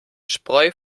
spreu